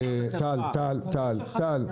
טל, טל.